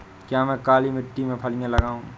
क्या मैं काली मिट्टी में फलियां लगाऊँ?